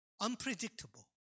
unpredictable